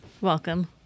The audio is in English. Welcome